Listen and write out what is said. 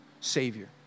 Savior